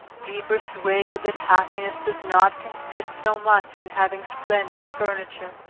be persuaded that happiness does not consist so much in having splendid furniture,